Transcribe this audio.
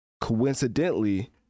coincidentally